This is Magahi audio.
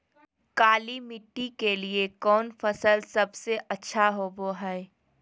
काली मिट्टी के लिए कौन फसल सब से अच्छा होबो हाय?